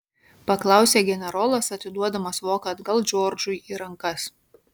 paklausė generolas atiduodamas voką atgal džordžui į rankas